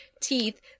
teeth